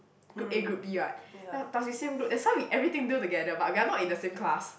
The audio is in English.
group A group B [what] plus we same group that's why we everything do together but we are not in the same class